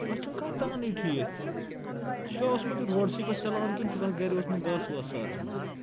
اَتھ چھُنہٕ کانٛہہ تانٕے ٹھیٖک ژٕ چھُکھ اوسمُت یہِ روڑسٕے پٮ۪ٹھ چَلاوان کِنہٕ ژٕ چھُکھ اَتھ گَرِ اوسمُت گاسہٕ واسہٕ ساران کینٛہہ